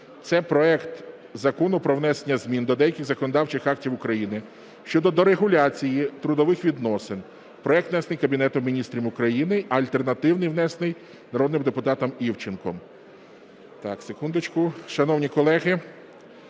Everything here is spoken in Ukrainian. Це проект Закону про внесення змін до деяких законодавчих актів України щодо дерегуляції трудових відносин. Проект внесений Кабінетом Міністрів України, а альтернативний внесений народним депутатом Івченком.